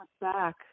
back